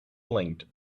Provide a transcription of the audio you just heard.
blinked